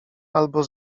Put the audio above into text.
albo